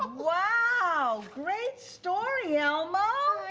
um wow, great story, elmo!